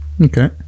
Okay